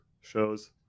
shows